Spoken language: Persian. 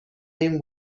این